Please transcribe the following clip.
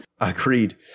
Agreed